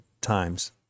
times